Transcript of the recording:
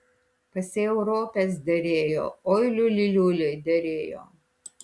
pasėjau ropes derėjo oi liuli liuli derėjo